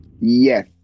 Yes